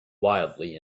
wildly